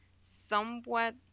somewhat